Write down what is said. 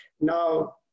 Now